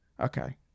okay